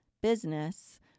business